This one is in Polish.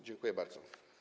Dziękuję bardzo.